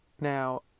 Now